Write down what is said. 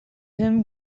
him